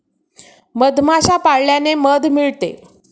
मधमाश्या पाळल्याने मध मिळते